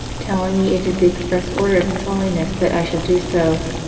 telling me it is the express order of his holiness that i should do so.